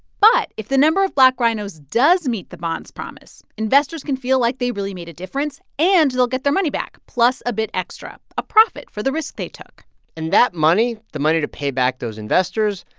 but if the number of black rhinos does meet the bond's promise, investors can feel like they really made a difference. and they'll get their money back, plus a bit extra a profit for the risk they took and that money, the money to pay back those investors,